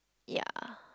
ya